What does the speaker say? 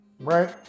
Right